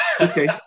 Okay